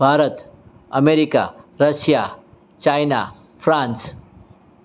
Bharat America Russia China France